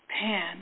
Pan